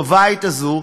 בבית הזה,